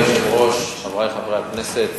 אדוני היושב-ראש, חברי חברי הכנסת,